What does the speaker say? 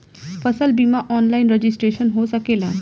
फसल बिमा online registration हो सकेला?